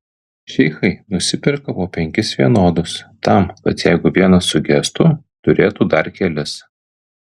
šeichai nusiperka po penkis vienodus tam kad jeigu vienas sugestų turėtų dar kelis